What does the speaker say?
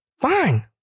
Fine